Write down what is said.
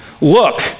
Look